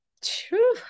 True